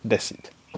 that's it